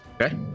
Okay